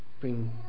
bring